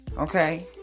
Okay